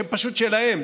שפשוט שלהם,